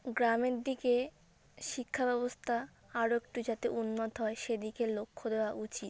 গ্রামের দিকে শিক্ষা ব্যবস্থা আরও একটু যাতে উন্নত হয় সেদিকে লক্ষ্য দেওয়া উচিত